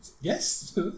Yes